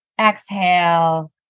Exhale